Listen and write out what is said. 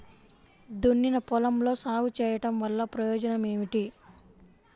దున్నిన పొలంలో సాగు చేయడం వల్ల ప్రయోజనం ఏమిటి?